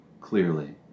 clearly